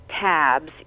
tabs